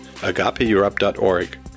agapeeurope.org